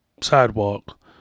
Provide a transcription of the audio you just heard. sidewalk